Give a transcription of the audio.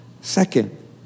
Second